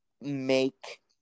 make